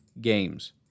games